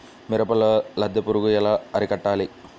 మిరపలో లద్దె పురుగు ఎలా అరికట్టాలి?